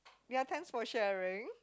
ya thanks for sharing